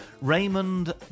Raymond